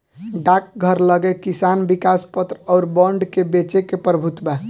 डाकघर लगे किसान विकास पत्र अउर बांड के बेचे के प्रभुत्व बा